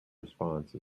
response